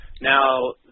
Now